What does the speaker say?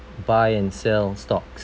buy and sell stocks